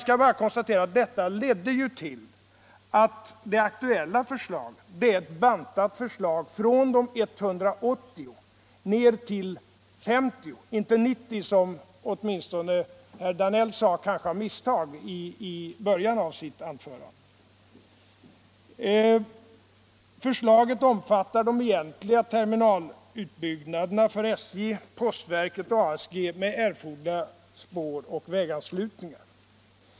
Diskussionen ledde emellertid till att det blev ett bantat förslag från 180 ned till 50 hektar — inte 90 hektar som åtminstone herr Danell, kanske av misstag, sade i början av sitt anförande. Förslaget omfattade de egentliga terminalutbyggnaderna för SJ, postverket och ASG med erforderliga spåroch väganslutningar.